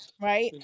right